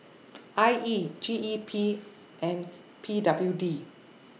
I E G E P and P W D